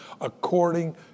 according